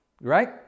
right